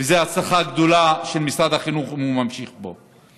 וזאת הצלחה גדולה של משרד החינוך אם הוא ממשיך בו.